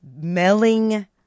smelling